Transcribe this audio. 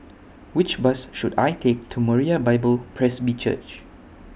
Which Bus should I Take to Moriah Bible Presby Church